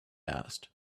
asked